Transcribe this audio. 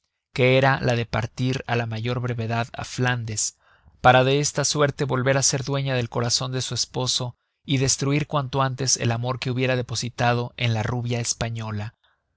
que era la de partir á la mayor brevedad á flandes para de esta suerte volver á ser dueña del corazon de su esposo y destruir cuanto antes el amor que hubiera depositado en la rubia española